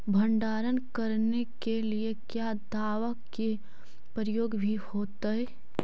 भंडारन करने के लिय क्या दाबा के प्रयोग भी होयतय?